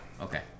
Okay